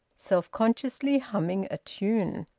self-consciously humming a tune.